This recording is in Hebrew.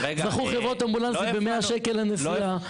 זכו חברות האמבולנסים במאה שקל לנסיעה,